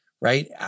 right